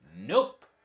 Nope